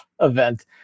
event